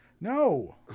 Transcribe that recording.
No